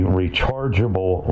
rechargeable